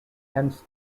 hence